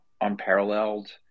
unparalleled